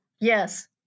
yes